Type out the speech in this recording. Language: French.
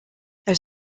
elle